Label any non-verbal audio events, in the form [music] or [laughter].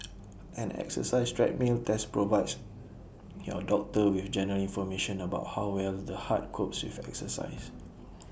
[noise] an exercise treadmill test provides your doctor with general information about how well the heart copes with exercise